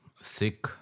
thick